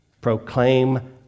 proclaim